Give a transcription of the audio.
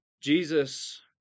Jesus